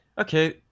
okay